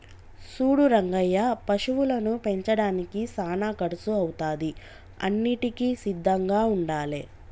సూడు రంగయ్య పశువులను పెంచడానికి సానా కర్సు అవుతాది అన్నింటికీ సిద్ధంగా ఉండాలే